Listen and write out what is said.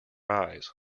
eyes